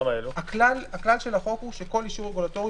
הכלל של החוק הוא שכל אישור רגולטורי